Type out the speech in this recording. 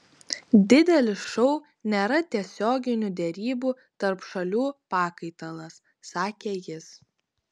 didelis šou nėra tiesioginių derybų tarp šalių pakaitalas sakė jis